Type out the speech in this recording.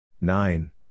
Nine